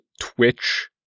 twitch